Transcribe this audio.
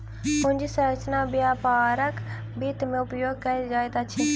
पूंजी संरचना व्यापारक वित्त में उपयोग कयल जाइत अछि